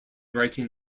writing